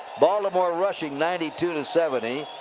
baltimore rushing, ninety two two seventy.